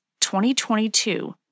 2022